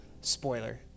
spoiler